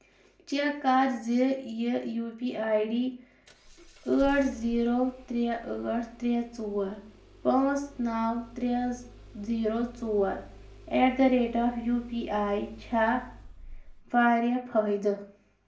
check کَر زِ یہِ یو پی آیۍ ڈِی ٲٹھ زیٖرو ترٛےٚ ٲٹھ ترٛےٚ ژور پانٛژھ نَو ترٛےٚ زیٖرو ژور at the rate of U P I چھا واریاہ فٲیدٕ